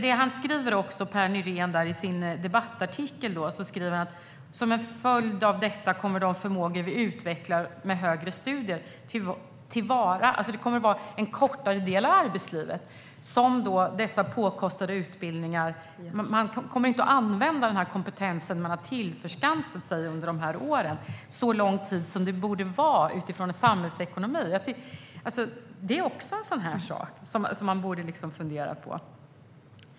Pär Nyrén skriver också i sin debattartikel, med anledning av att svenska universitetsstudenter tar examen så sent, att som en följd av detta kommer de förmågor som vi utvecklar med högre studier inte att tas till vara. Människor kommer alltså inte att använda den kompetens som de har skaffat sig under dessa år under så lång tid som de borde utifrån ett samhällsekonomiskt perspektiv. Det är också någonting som man borde fundera på.